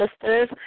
sisters